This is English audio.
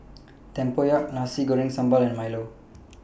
Tempoyak Nasi Goreng Sambal and Milo